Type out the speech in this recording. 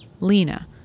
Lena